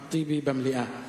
אחמד טיבי, במליאה.